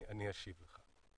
אני אשיב לך.